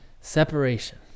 Separation